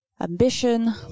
ambition